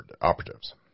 operatives